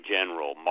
General